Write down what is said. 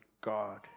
God